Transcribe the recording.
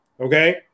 Okay